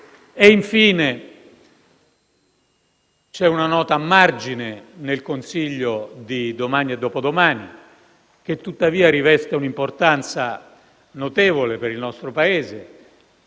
Infine, c'è una nota a margine nel Consiglio europeo di domani e dopodomani, che tuttavia riveste un'importanza notevole per il nostro Paese,